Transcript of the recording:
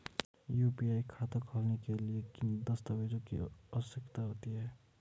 UPI खाता खोलने के लिए किन दस्तावेज़ों की आवश्यकता होती है?